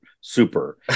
super